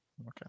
Okay